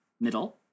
middle